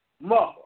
mother